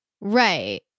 Right